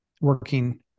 working